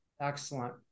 Excellent